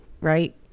right